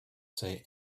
say